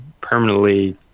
permanently